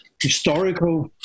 Historical